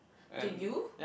to you